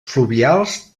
fluvials